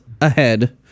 ahead